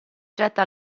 getta